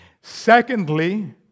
Secondly